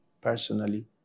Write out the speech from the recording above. personally